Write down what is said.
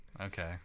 Okay